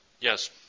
Yes